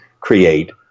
create